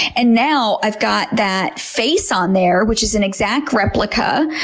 and now i've got that face on there, which is an exact replica.